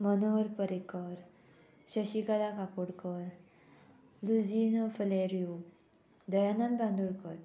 Manohar Parrikar Shashikala Kakodkar Luizinho Faleiro Dayanand Bandodkar